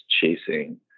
chasing